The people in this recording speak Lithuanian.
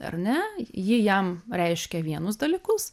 ar ne ji jam reiškia vienus dalykus